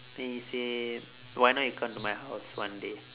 then he say why not you come to my house one day